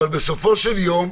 אבל בסופו של יום,